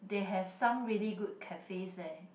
they have some really good cafes there